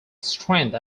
strength